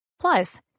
Plus